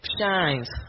shines